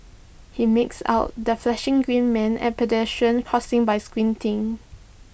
he makes out the flashing green man at pedestrian crossings by squinting